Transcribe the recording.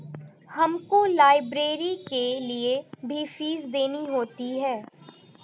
हमको लाइब्रेरी के लिए भी फीस देनी होती है